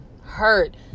hurt